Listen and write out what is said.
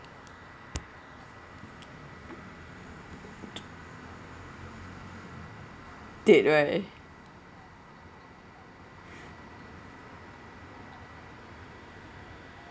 dead right